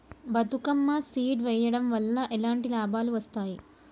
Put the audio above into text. Bathukamma seed వెయ్యడం వల్ల ఎలాంటి లాభాలు వస్తాయి?